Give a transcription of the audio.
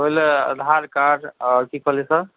ओइ लए अधार कार्ड आओर की कहलियइ सर